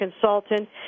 consultant